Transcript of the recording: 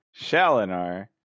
Shalinar